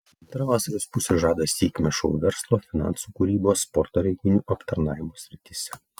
antra vasaros pusė žada sėkmę šou verslo finansų kūrybos sporto renginių aptarnavimo srityse